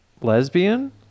lesbian